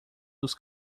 dos